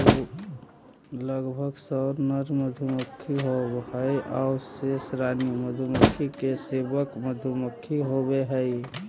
लगभग सौ नर मधुमक्खी होवऽ हइ आउ शेष रानी मधुमक्खी के सेवक मधुमक्खी होवऽ हइ